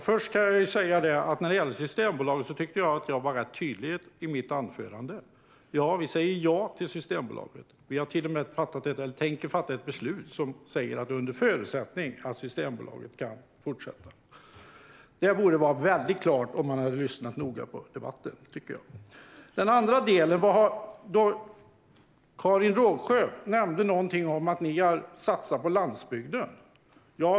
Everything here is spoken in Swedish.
Fru talman! Jag var rätt tydlig i mitt anförande med att vi säger ja till Systembolaget. Vi tänker till och med fatta ett beslut om att en förutsättning är att Systembolaget kan fortsätta. Detta borde vara tydligt och klart för den som har lyssnat på debatten. Karin Rågsjö nämnde att de rödgröna har satsat på landsbygden.